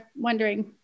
wondering